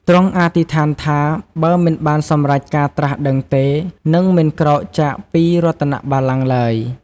ទ្រង់អធិដ្ឋានថា បើមិនបានសម្រេចការត្រាស់ដឹងទេ នឹងមិនក្រោកចាកពីរតនបល្ល័ង្គឡើយ។